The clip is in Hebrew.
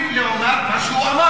שלך, אז אנא ממך, אל תטיף לי מוסר.